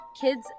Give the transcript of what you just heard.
kids